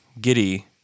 Giddy